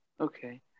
Okay